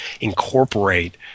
incorporate –